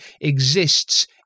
exists